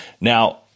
Now